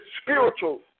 spiritual